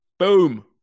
Boom